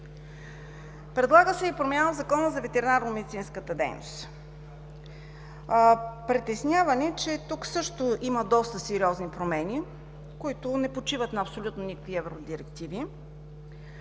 Предлагат се и промени в Закона за ветеринарномедицинската дейност. Притеснява ни, че тук също има доста сериозни промени, които не почиват на никакви евродирективи.